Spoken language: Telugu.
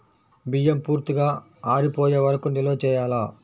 బియ్యం పూర్తిగా ఆరిపోయే వరకు నిల్వ చేయాలా?